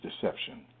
deception